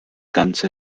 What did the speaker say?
ganze